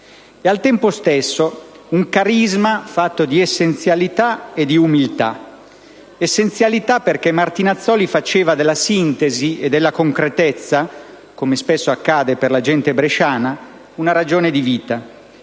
e al tempo stesso un carisma fatto di essenzialità e di umiltà. Essenzialità, perché Martinazzoli faceva della sintesi e della concretezza, come spesso accade per la gente bresciana, una ragione di vita;